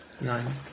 Nine